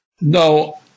No